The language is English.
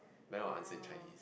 but then I will answer in Chinese